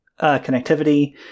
connectivity